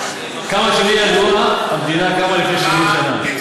כמה שלי ידוע, המדינה קמה לפני 70 שנה.